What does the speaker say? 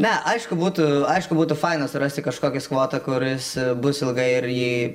na aišku būtų aišku būtų faina surasti kažkokį skvotą kuris bus ilgai ir jį